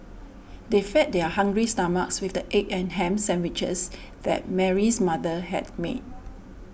they fed their hungry stomachs with the egg and ham sandwiches that Mary's mother had made